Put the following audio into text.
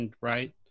right